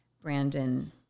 Brandon